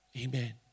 Amen